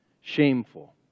shameful